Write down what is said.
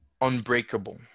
unbreakable